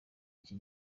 iki